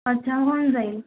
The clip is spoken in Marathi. अच्छा होऊन जाईल